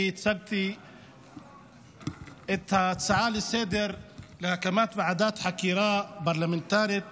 אחרי שהצגתי את ההצעה לסדר-היום להקמת ועדת חקירה פרלמנטרית